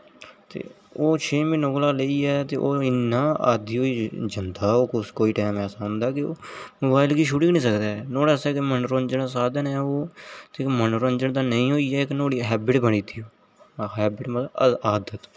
ते ओह् छे म्हीने कोला लेईये ओह् इन्ना आदि होई जन्दा कोई टैम ऐसा ओंदा ओह् मोबाइल दी छुड़ी गै नि सकदा ऐ नोहाड़े आस्तै ऐ ही मनोरंजन दा सादन ऐ ओह् ते मनोरंजन दा नेईं होइयै नोहाड़ी इक हैबिट बनी दी ओह् हैबिट मतलब आदत